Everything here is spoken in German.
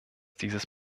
dieses